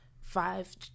five